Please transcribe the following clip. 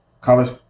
college